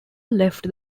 left